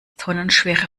tonnenschwere